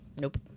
Nope